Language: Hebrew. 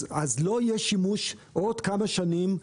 אז לא יהיה שימוש עוד כמה שנים,